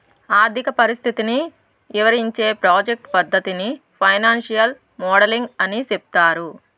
ఆర్థిక పరిస్థితిని ఇవరించే ప్రాజెక్ట్ పద్దతిని ఫైనాన్సియల్ మోడలింగ్ అని సెప్తారు